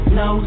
no